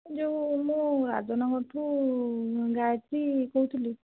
ଯେଉଁ ମୁଁ ରାଜନଗରଠୁ ଗାୟତ୍ରୀ କହୁଥିଲି